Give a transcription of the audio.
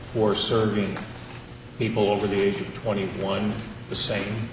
for certain people over the age of twenty one the same